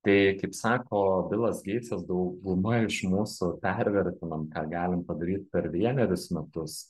tai kaip sako bilas geitsas dauguma iš mūsų pervertinam ką galim padaryt per vienerius metus